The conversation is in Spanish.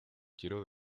quiero